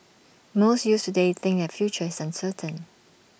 most youths today think future is uncertain